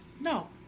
no